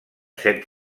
set